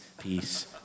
peace